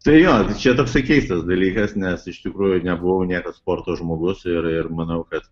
tai jo čia toksai keistas dalykas nes iš tikrųjų nebuvau niekad sporto žmogus ir ir manau kad